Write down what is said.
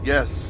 Yes